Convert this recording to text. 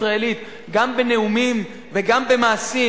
הישראלית גם בנאומים וגם במעשים,